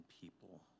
people